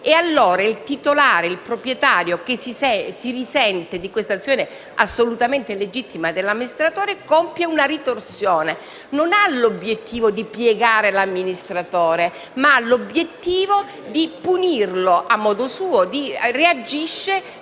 caso, il titolare o proprietario che si risente di quest'azione, assolutamente legittima dell'amministratore, compie una ritorsione. Egli non ha l'obiettivo di piegare l'amministratore, ma di punirlo a modo suo e reagisce